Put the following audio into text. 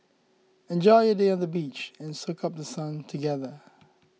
enjoy a day on the beach and soak up The Sun together